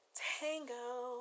tango